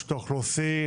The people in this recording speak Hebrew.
רשות האוכלוסין,